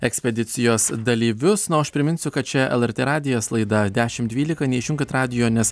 ekspedicijos dalyvius na o aš priminsiu kad čia lrt radijas laida dešim dvylika neišjunkit radijo nes